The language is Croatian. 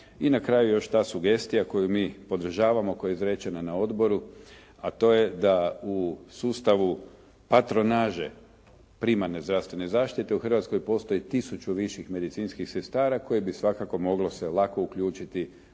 I na kraju još ta sugestija koju mi podržavamo koja je izrečena na odboru a to je da u sustavu patronaže primarne zdravstvene zaštite u Hrvatskoj postoji tisuću viših medicinskih sestara koje bi svakako moglo se lako uključiti u